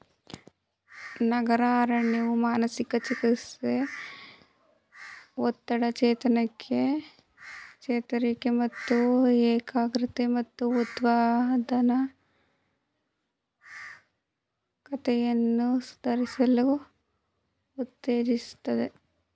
ನಗರ ಅರಣ್ಯವು ಮಾನಸಿಕ ಚಿಕಿತ್ಸೆ ಒತ್ತಡ ಚೇತರಿಕೆ ಮತ್ತು ಏಕಾಗ್ರತೆ ಮತ್ತು ಉತ್ಪಾದಕತೆಯನ್ನು ಸುಧಾರಿಸಲು ಉತ್ತೇಜಿಸ್ತದೆ